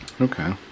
okay